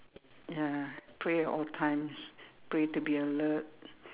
ya pray at all times pray to be alert